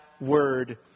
word